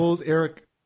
Eric